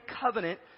covenant